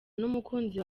n’umukunzi